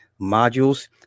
modules